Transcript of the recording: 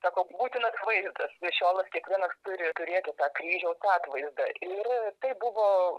sako būtinas vaizdas mišiolas kiekvienas turi turėti tą kryžiaus atvaizdą ir tai buvo